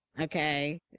Okay